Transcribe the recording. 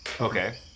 Okay